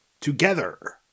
Together